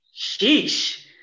Sheesh